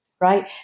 right